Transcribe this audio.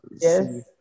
yes